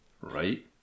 right